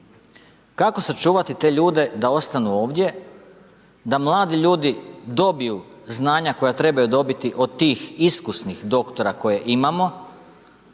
Kako sačuvati te ljude da ostanu ovdje, da mladi ljudi dobiju znanju koja trebaju dobiti od tih iskusnih doktora koje imamo?